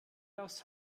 aufs